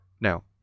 Now